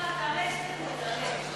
תעלה הסתייגות, תעלה.